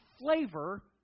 flavor